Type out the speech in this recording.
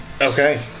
Okay